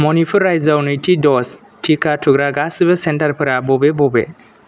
मनिपुर रायजोआव नैथि दज टिका थुग्रा गासिबो सेन्टारफोरा बबे बबे